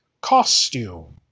costume